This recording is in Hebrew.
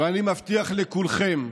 ואני מבטיח לכולכם: